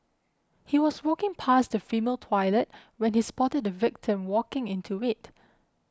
he was walking past the female toilet when he spotted the victim walking into it